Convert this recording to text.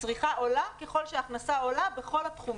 הצריכה עולה ככל שההכנסה עולה בכל התחומים.